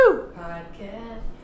podcast